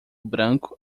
branco